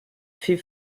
fait